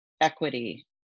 equity